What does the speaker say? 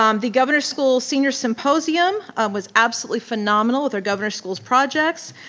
um the governor's school senior symposium was absolutely phenomenal with their governor's school's projects.